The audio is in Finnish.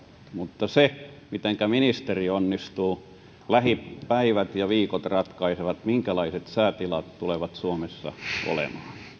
mutta mitenkä ministeri onnistuu lähipäivät ja viikot ratkaisevat minkälaiset säätilat tulevat suomessa